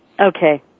Okay